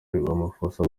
ramaphosa